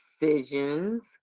decisions